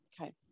Okay